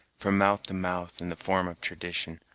from mouth to mouth, in the form of tradition,